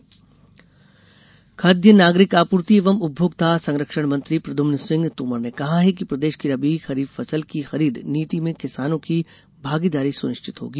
किसान संवाद सम्मेलन खाद्य नागरिक आपूर्ति एवं उपभोक्ता सरंक्षण मंत्री प्रद्यमन सिंह तोमर ने कहा है कि प्रदेश की रबी खरीफ फसल की खरीद नीति में किसानों की भागीदारी सुनिश्चित होगी